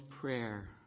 prayer